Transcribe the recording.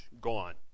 gone